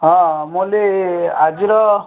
ହଁ ମୁଁ କହିଲି ଆଜିର